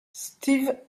steve